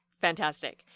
fantastic